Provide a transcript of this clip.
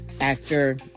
actor